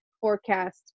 forecast